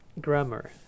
grammar